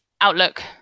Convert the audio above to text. outlook